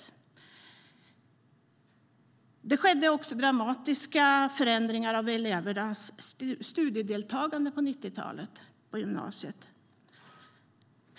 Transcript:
På 90-talet skedde också dramatiska förändringar av elevernas studiedeltagande på gymnasiet.